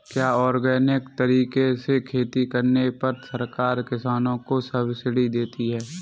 क्या ऑर्गेनिक तरीके से खेती करने पर सरकार किसानों को सब्सिडी देती है?